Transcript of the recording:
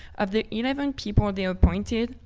of the eleven people they appointed,